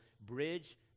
bridge